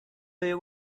you